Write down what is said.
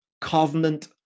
covenant